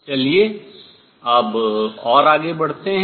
चलिए अब और आगे बढ़ते हैं